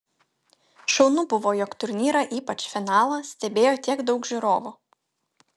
šaunu buvo jog turnyrą ypač finalą stebėjo tiek daug žiūrovų